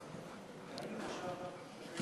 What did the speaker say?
נעים עכשיו, שקט.